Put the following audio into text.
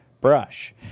brush